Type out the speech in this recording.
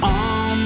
on